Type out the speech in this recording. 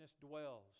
dwells